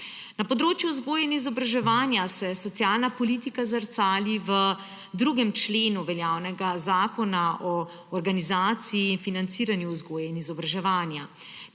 Na področju vzgoje in izobraževanja se socialna politika zrcali v 2. členu veljavnega Zakona o organizaciji in financiranju vzgoje in izobraževanja,